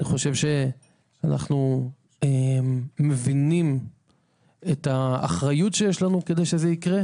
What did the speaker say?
אני חושב שאנחנו מבינים את האחריות שמוטלת עלינו על מנת שזה יקרה.